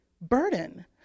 burden